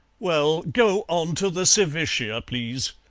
well go on to the saevitia, please.